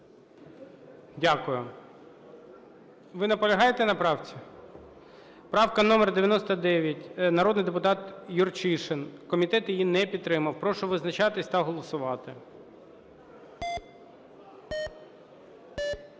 Дякую. Ви наполягаєте на правці? Правка номер 99, народний депутат Юрчишин. Комітет її не підтримав. Прошу визначатися та голосувати.